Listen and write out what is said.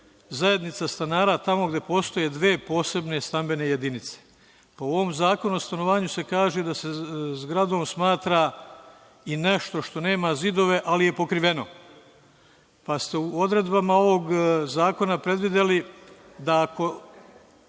zajednica stanara tamo gde postoje dve posebne stambene jedinice.U ovom Zakonu o stanovanju se kaže da se zgradom smatra i nešto što nema zidove, ali je pokriveno, pa ste u odredbama ovog zakona predvideli da ako